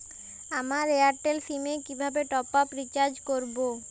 আমার এয়ারটেল সিম এ কিভাবে টপ আপ রিচার্জ করবো?